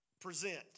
present